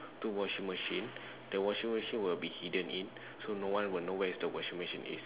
two washing machine the washing machine will be hidden in so no one will know where the washing machine is